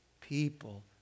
People